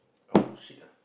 I want to shit ah